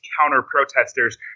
counter-protesters